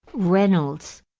reynolds,